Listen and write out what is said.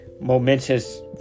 momentous